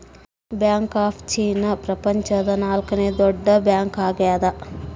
bank of China ಪ್ರಪಂಚದ ನಾಲ್ಕನೆ ದೊಡ್ಡ ಬ್ಯಾಂಕ್ ಆಗ್ಯದ